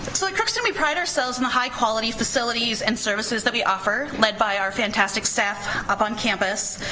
but so at crookston we pride ourselves on and the high quality facilities and services that we offer, led by our fantastic staff upon campus.